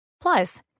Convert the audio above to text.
Plus